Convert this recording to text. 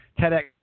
TEDx